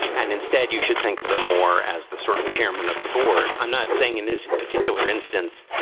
and instead you should think of them more as the sort of chairman of the board. i'm not saying in this particular instance,